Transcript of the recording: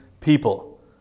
people